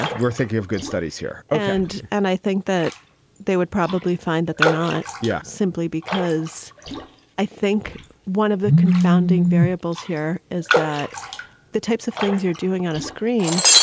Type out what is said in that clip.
we're thinking of good studies here and and i think that they would probably find that they're not. yeah. simply because i think one of the confounding variables here is that the types of things you're doing on a screen.